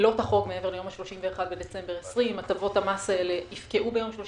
לא תחרוג מעבר ליום ה-31 בדצמבר 2020. הטבות המס האלה יפקעו ביום 31